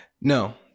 No